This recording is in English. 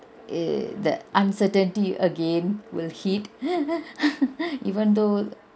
it the uncertainty again will hit even though